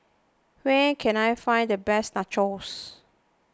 where can I find the best Nachos